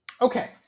Okay